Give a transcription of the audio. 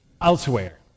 Elsewhere